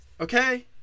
Okay